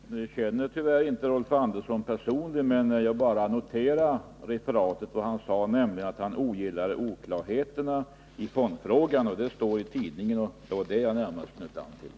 Herr talman! Jag känner tyvärr inte Rolf Andersson personligen. Jag bara noterade att det i referatet anförs att han ogillar oklarheterna i fondfrågan. Det står i tidningen, och det var det jag närmast ville föra fram.